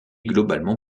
globalement